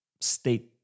state